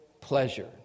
pleasure